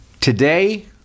Today